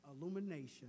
illumination